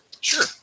Sure